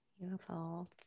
Beautiful